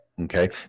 okay